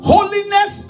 Holiness